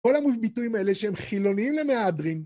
כל הביטויים האלה שהם חילוניים למהדרין